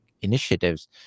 initiatives